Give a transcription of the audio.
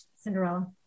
Cinderella